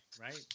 Right